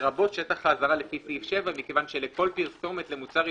לרבות שטח האזהרה לפי סעיף 7"; כי לכל פרסומת למוצר עישון,